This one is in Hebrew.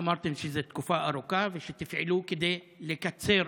אמרתם שזו תקופה ארוכה ושתפעלו כדי לקצר,